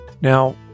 Now